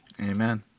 Amen